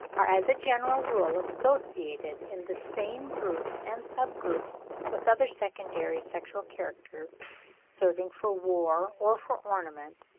are as a general rule associated in the same groups and sub-groups with other secondary sexual characters serving for war or for ornament,